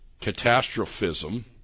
Catastrophism